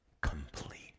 complete